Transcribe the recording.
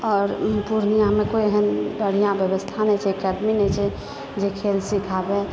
आओर ओ पूर्णियामे कोइ एहन बढ़िआँ व्यवस्था नहि छै अकैडमी नहि छै जे खेल सिखाबय